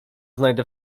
znajdę